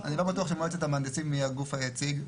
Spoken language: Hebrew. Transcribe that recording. אני לא בטוח שמועצת המהנדסים היא הגוף היציג.